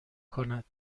کند